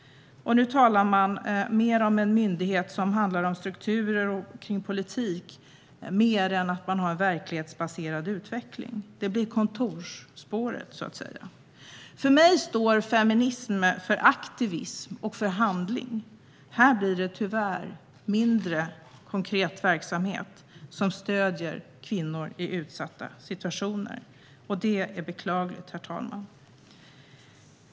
Nu talar man om en myndighet som handlar om strukturer och politik mer än en verklighetsbaserad utveckling. Det blir kontorsspåret, så att säga. För mig står feminism för aktivism och för handling. Här blir det tyvärr mindre konkret verksamhet som stöder kvinnor i utsatta situationer. Det är beklagligt, herr talman.